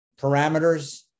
parameters